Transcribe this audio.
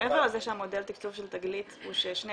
מעבר לזה שמודל התקצוב של 'תגלית' הוא ששני